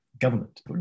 government